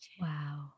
Wow